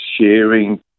sharing